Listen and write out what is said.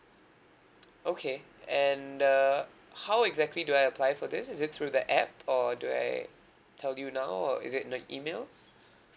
okay and uh how exactly do I apply for this is it through the app or do I tell you now or is it in the email